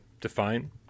define